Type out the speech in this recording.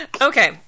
Okay